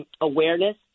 awareness